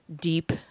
deep